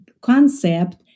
concept